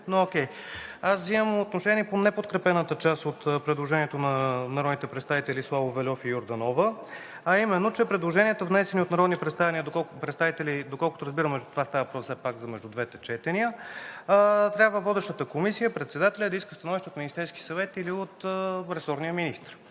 но окей. Аз взимам отношение по неподкрепената част от предложението на народните представители Славов, Велов и Йорданова, а именно, че предложенията, внесени от народни представители, доколкото разбирам, става въпрос все пак между двете четения, трябва водещата Комисия, председателят да иска становище от Министерския съвет или от ресорния министър.